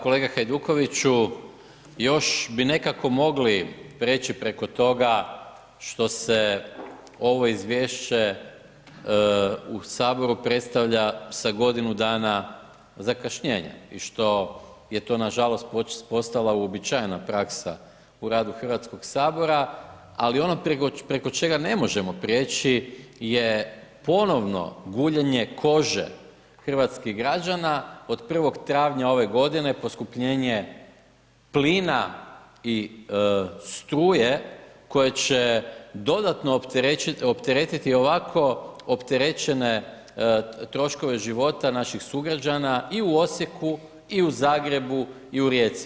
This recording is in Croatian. Kolega Hajdukoviću, još bi nekako mogli prijeći preko toga što se ovo izvješće u Saboru predstavlja sa godinu dana zakašnjenja, još to je to nažalost je postala uobičajena praksa u radu Hrvatskog sabora ali ono preko čega ne možemo prijeći je ponovno guljenje kože hrvatskih građana, od 1. travnja ove godine poskupljenje plina i struje koje će dodatno opteretiti ovako opterećene troškove života naših sugrađana i u Osijeku i u Zagrebu i Rijeci.